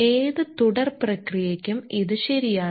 ഏത് തുടർ പ്രക്രിയക്കും ഇത് ശരിയാണ്